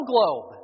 globe